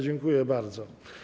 Dziękuję bardzo.